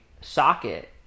socket